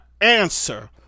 answer